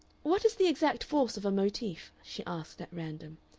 what is the exact force of a motif? she asked at random.